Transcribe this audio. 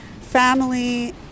family